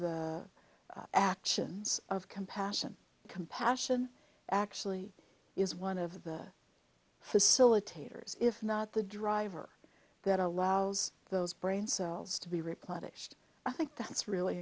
the actions of compassion compassion actually is one of the facilitators if not the driver that allows those brain cells to be replenished i think that's really